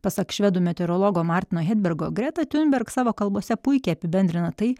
pasak švedų meteorologo martino hedbergo greta tiunberg savo kalbose puikiai apibendrina tai